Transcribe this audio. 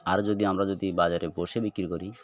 আর যদি আমরা যদি বাজারে বসে বিক্রি করি